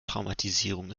traumatisierung